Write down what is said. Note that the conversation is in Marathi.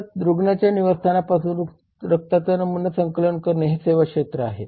तर रुग्णाच्या निवासस्थानापासून रक्ताचा नमुना संकलन करणे हे सेवा क्षेत्र आहे